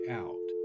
out